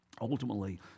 ultimately